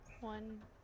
one